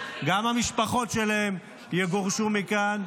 גם המשפחות שלהם יגורשו מכאן.